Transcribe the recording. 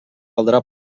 caldrà